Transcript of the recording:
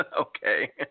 Okay